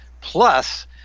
Plus